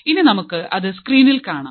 ഇനി നമ്മുക്ക് അത് സ്ക്രീനിൽ കാണാം